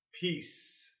Peace